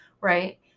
right